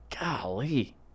Golly